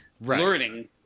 learning